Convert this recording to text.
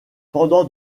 pendant